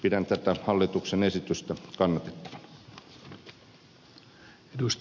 pidän tätä hallituksen esitystä kannatettavana